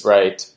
Right